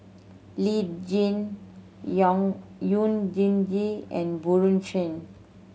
Lee Tjin young yew Jin Gee and Bjorn Shen